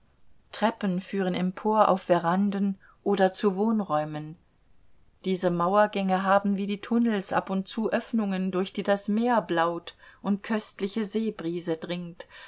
treppen führen empor auf veranden oder zu wohnräumen diese mauergänge haben wie die tunnels ab und zu öffnungen durch die das meer blaut und köstliche seebrise dringt